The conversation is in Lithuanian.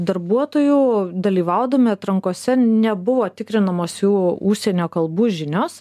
darbuotojų dalyvaudami atrankose nebuvo tikrinamos jų užsienio kalbų žinios